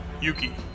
Yuki